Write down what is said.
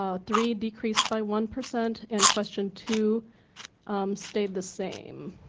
ah three decreased by one percent and question two stayed the same.